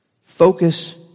Focus